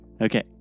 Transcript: Okay